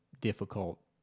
difficult